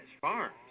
farms